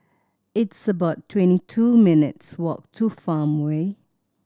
it's about twenty two minutes walk to Farmway